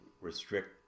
restrict